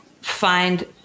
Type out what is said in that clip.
find